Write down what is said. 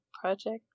project